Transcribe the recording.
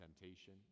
temptation